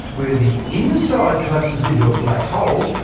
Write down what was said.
where the inside collapses into a black hole,